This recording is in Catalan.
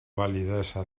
validesa